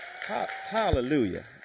Hallelujah